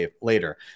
later